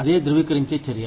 అదే ధ్రువీకరించే చర్య